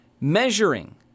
measuring